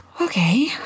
okay